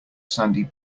sandy